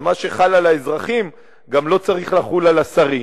אז מה שחל על האזרחים לא צריך לחול גם על השרים?